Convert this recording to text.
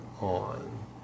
on